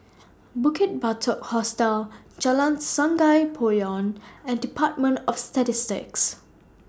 Bukit Batok Hostel Jalan Sungei Poyan and department of Statistics